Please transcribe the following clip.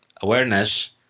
awareness